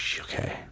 okay